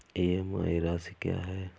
EMI राशि क्या है?